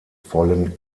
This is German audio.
vollen